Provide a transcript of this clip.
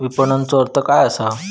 विपणनचो अर्थ काय असा?